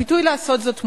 הפיתוי לעשות זאת מובן,